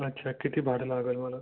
अच्छा किती भाडं लागेल मला